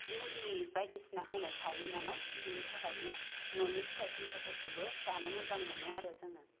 मुलि बायदिसिना होनाय थायो नालाय बेनि थाखायनो न'नि फिथाय समाथायफोरखौबो जानो मोजां मोनो आरो जोङो